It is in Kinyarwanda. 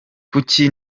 kuki